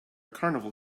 carnival